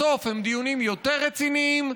בסוף הם דיונים יותר רציניים,